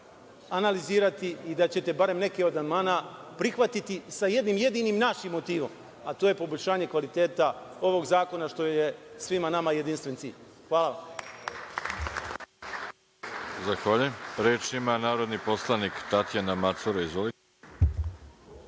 analizirati i da ćete barem neki od amandmana prihvatiti sa jednim jedinim našim motivom, a to je poboljšanje kvaliteta ovog zakona, što je svima nama jedinstven cilj. Hvala vam.